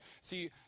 See